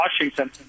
Washington